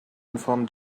inform